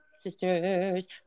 sisters